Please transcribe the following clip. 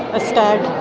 a stag,